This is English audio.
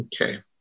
Okay